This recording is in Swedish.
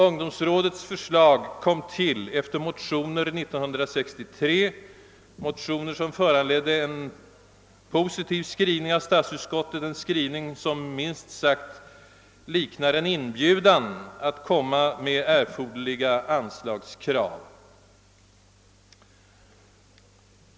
Ungdomsrådets förslag kom till efter motioner 1963, motioner som föranledde en positiv skrivning av statsutskottet. Dess utlåtande liknade minst sagt en inbjudan att framföra krav på erforderliga anslag.